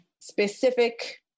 specific